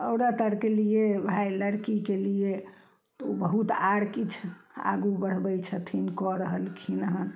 औरत आरके लिए हइ लड़कीके लिए तऽ उ बहुत आर किछु आगू बढ़बइ छथिन कऽ रहलखिन हँ